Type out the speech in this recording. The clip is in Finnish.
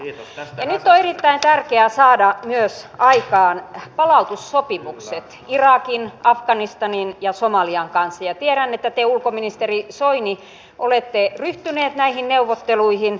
nyt on erittäin tärkeää saada aikaan myös palautussopimukset irakin afganistanin ja somalian kanssa ja tiedän että te ulkoministeri soini olette ryhtynyt näihin neuvotteluihin